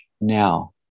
Now